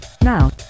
Now